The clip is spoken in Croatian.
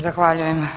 Zahvaljujem.